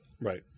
Right